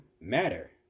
matter